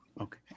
okay